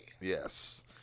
Yes